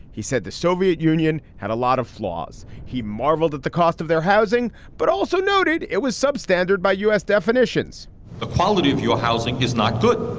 he said the soviet union had a lot of flaws. he marveled at the cost of their housing, but also noted it was substandard by u s. definitions the quality of your housing is not good,